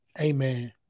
Amen